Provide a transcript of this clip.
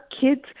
kids